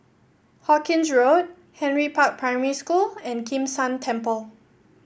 Hawkinge Road Henry Park Primary School and Kim San Temple